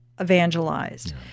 evangelized